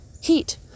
heat